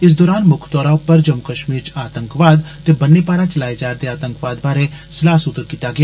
इस दौरान मुक्ख तौर उप्पर जम्मू कष्मीर च आतंकवाद ते बन्ने पारा चलाए जारदे आतंकवाद बारै सलाह सूत्र कीता जाग